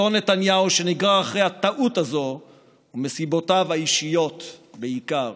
אותו נתניהו שנגרר אחרי הטעות הזו מסיבותיו האישיות בעיקר.